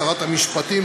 שרת המשפטים,